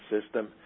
system